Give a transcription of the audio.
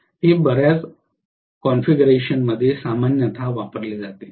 हे बर्याच कॉन्फिगरेशनमध्ये सामान्यतः वापरले जाते